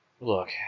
Look